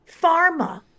Pharma